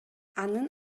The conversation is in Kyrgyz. анын